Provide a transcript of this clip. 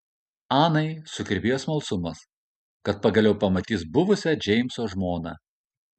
anai sukirbėjo smalsumas kad pagaliau pamatys buvusią džeimso žmoną